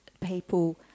people